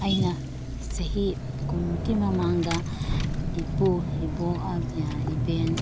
ꯑꯩꯅ ꯆꯍꯤ ꯀꯨꯟꯃꯨꯛꯀꯤ ꯃꯃꯥꯡꯗ ꯏꯄꯨ ꯏꯕꯣꯛ ꯏꯕꯦꯟ